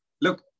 Look